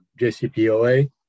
JCPOA